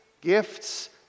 gifts